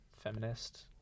feminist